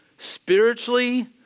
Spiritually